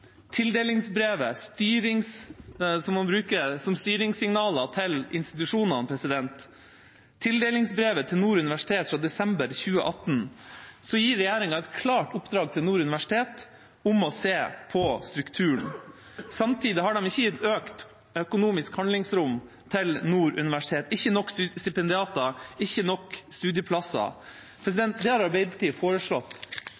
tildelingsbrevet til Nord universitet fra desember 2018 – tildelingsbrev brukes som styringssignaler til institusjonene – gir regjeringa et klart oppdrag til Nord universitet om å se på strukturen. Samtidig har de ikke gitt økt økonomisk handlingsrom til Nord universitet, ikke nok stipendiater og ikke nok studieplasser.